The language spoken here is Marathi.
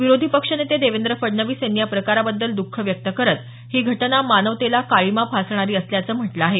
विरोधी पक्षनेते देवेंद्र फडणवीस यांनी या प्रकाराबद्दल दःःख व्यक्त करत ही घटना मानवतेला काळीमा फासणारी असल्याचं म्हटलं आहे